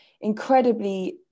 incredibly